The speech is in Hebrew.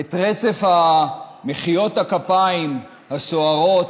את רצף מחיאות הכפיים הסוערות